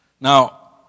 Now